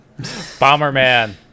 Bomberman